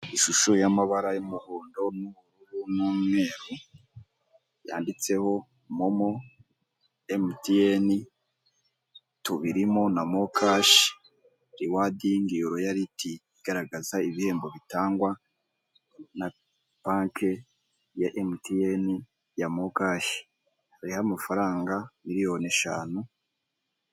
Ishusho y'amabara y'umuhondo n'ubururu n'umweru yanditseho momo emutiyeni tubiririmo na mokashi rewadingi royariti igaragaza ibihembo bitangwa na bake ya emutiyene ya mokashi hariho amafaranga miriyoni eshanu.